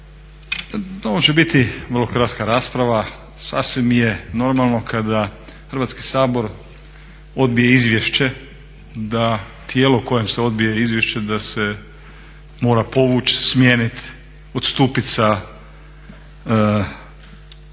Ovo će biti vrlo kratka rasprava, sasvim je normalno kada Hrvatski sabor odbije izvješće da tijelo kojem se odbije izvješće da se mora povući, smijeniti, odstupiti sa svojih